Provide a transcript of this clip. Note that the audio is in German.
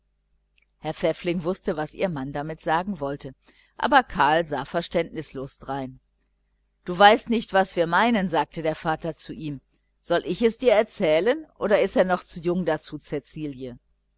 frau pfäffling wußte was ihr mann damit sagen wollte aber karl sah verständnislos darein du weißt nicht was wir meinen sagte der vater zu ihm soll ich es dir erzählen oder ist er noch zu jung dazu